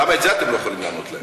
למה את זה אתם לא יכולים לענות להם?